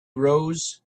rose